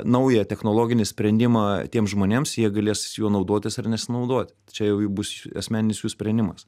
naują technologinį sprendimą tiem žmonėms jie galės juo naudotis ar nesinaudot čia jau bus asmeninis jų sprendimas